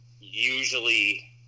usually